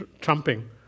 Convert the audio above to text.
trumping